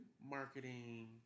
marketing